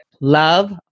love